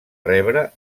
rebre